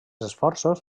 esforços